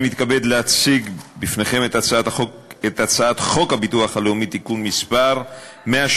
אני מתכבד להציג בפניכם את הצעת חוק הביטוח הלאומי (תיקון מס׳ 174),